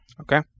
Okay